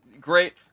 great